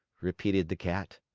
repeated the cat.